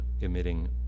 emitting